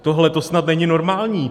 Tohleto snad není normální!